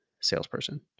salesperson